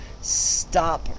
stop